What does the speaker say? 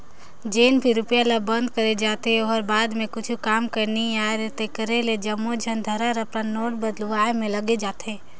जेन भी रूपिया ल बंद करे जाथे ओ ह बाद म कुछु काम के नी राहय तेकरे ले जम्मो झन धरा रपटा नोट बलदुवाए में लग जाथे